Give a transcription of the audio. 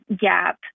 gap